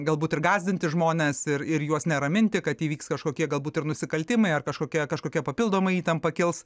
galbūt ir gąsdinti žmones ir ir juos neraminti kad įvyks kažkokie galbūt ir nusikaltimai ar kažkokia kažkokia papildoma įtampa kils